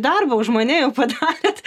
darbo už mane jau padarėt